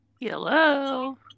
Hello